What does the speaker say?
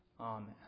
Amen